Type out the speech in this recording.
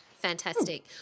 fantastic